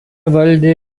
valdė